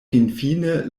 finfine